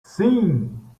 sim